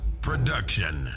production